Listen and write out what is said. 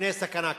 מפני סכנה כזאת.